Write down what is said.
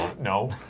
no